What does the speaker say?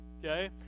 okay